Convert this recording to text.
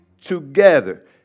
together